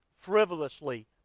frivolously